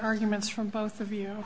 arguments from both of you